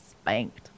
spanked